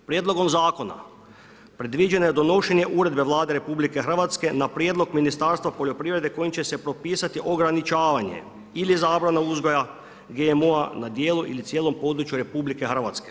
Prijedlogom zakona predviđeno je donošenje uredbe Vlade RH na prijedlog Ministarstva poljoprivrede kojim će se propisati ograničavanje ili zabrana uzgoja GMO-a na dijelu ili cijelom području RH.